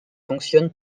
fonctionne